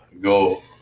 go